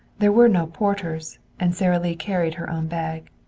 there were no porters, and sara lee carried her own bag.